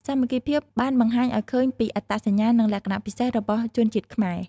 សាមគ្គីភាពបានបង្ហាញឱ្យឃើញពីអត្តសញ្ញាណ និងលក្ខណៈពិសេសរបស់ជនជាតិខ្មែរ។